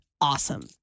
Awesome